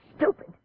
stupid